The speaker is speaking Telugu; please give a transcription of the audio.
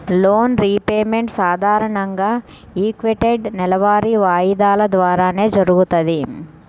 లోన్ రీపేమెంట్ సాధారణంగా ఈక్వేటెడ్ నెలవారీ వాయిదాల ద్వారానే జరుగుతది